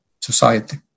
society